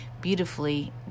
beautifully